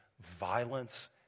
violence